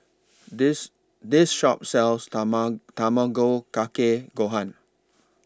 This This Shop sells Tamago Kake Gohan